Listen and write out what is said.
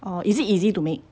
oh is it easy to make